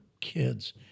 kids